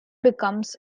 becomes